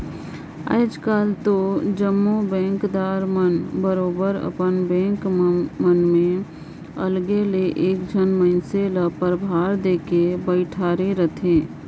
आएज काएल दो जम्मो बेंकदार मन बरोबेर अपन बेंक मन में अलगे ले एक झन मइनसे ल परभार देके बइठाएर रहथे